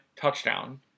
touchdown